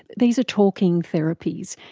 these are talking therapies.